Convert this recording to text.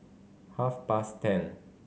half past ten